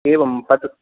एवं तत्